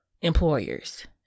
employers